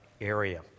area